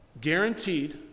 Guaranteed